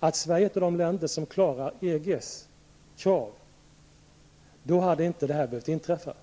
att Sverige är ett av de länder som klarar EGs krav, då hade inte det här behövt inträffa.